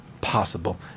possible